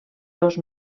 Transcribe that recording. dos